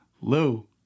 Lou